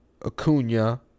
Acuna